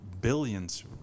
billions